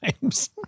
times